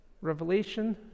Revelation